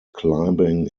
climbing